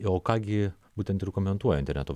o ką gi būtent ir komentuoja interneto